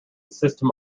system